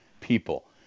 people